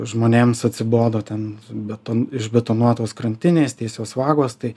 žmonėms atsibodo ten beton išbetonuotos krantinės tiesios vagos tai